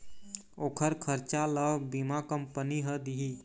ओखर खरचा ल बीमा कंपनी ह दिही